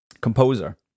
composer